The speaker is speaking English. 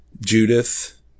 Judith